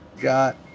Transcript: got